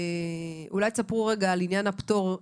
אולי תספר על עניין הפטור,